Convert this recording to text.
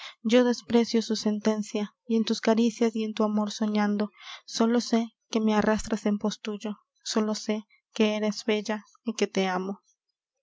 yo desprecio su sentencia y en tus caricias y en tu amor soñando sólo sé que me arrastras en pos tuyo sólo sé que eres bella y que te amo